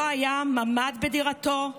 לא היה ממ"ד בדירתו,